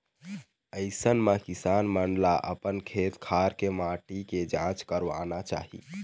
अइसन म किसान मन ल अपन खेत खार के माटी के जांच करवाना चाही